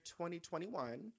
2021